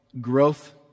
growth